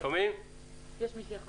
רישיון